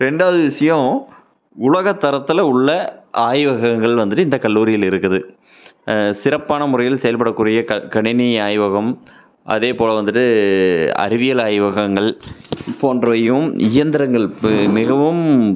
ரெண்டாவது விஷியம் உலகத் தரத்தில் உள்ள ஆய்வகங்கள் வந்துவிட்டு இந்த கல்லூரியில் இருக்குது சிறப்பான முறையில் செயல்படக்கூடிய க கணினி ஆய்வகம் அதேபோல் வந்துவிட்டு அறிவியல் ஆய்வகங்கள் போன்றவையும் இயந்திரங்கள் ப மிகவும்